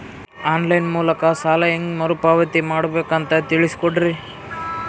On line ಮೂಲಕ ಸಾಲ ಹೇಂಗ ಮರುಪಾವತಿ ಮಾಡಬೇಕು ಅಂತ ತಿಳಿಸ ಕೊಡರಿ?